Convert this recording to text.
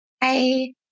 Hey